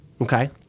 Okay